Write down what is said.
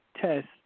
test